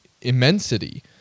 immensity